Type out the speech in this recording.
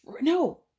no